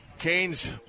Canes